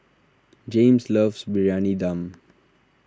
Jaymes loves Briyani Dum